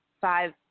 five